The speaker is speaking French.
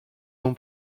non